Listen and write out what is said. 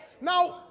Now